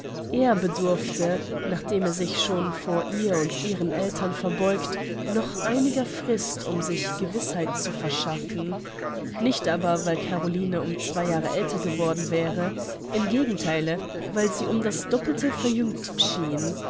er bedurfte nachdem er sich schon vor ihr und ihren eltern verbeugt noch einiger frist um sich gewißheit zu verschaffen nicht aber weil caroline um zwei jahre älter geworden wäre im gegentheile weil sie um das doppelte verjüngt schien